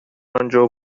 انجا